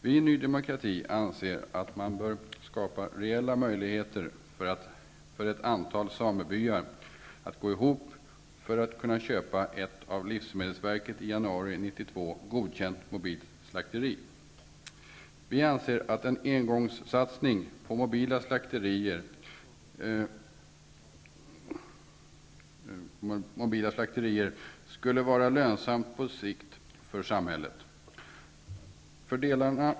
Vi i Ny demokrati anser att man bör skapa reella möjligheter för ett antal samebyar att gå ihop för att kunna köpa ett av livsmedelsverket i januari 1992 godkänt mobilt slakteri. Vi anser att en engångssatsning på mobila slakterier skulle kunna bli lönsam på sikt för samhället.